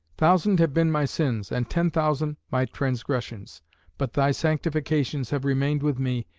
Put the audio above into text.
thousand have been my sins, and ten thousand my transgressions but thy sanctifications have remained with me,